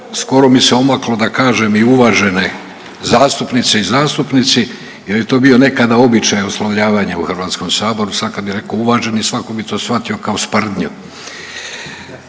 skoro mi se omaklo da kažem i uvažene zastupnice i zastupnice jer je to bio nekada običaj oslovljavanja u Hrvatskom saboru, sad kad bi rekao uvaženi svako bi to shvatio kao sprdnju